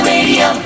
Radio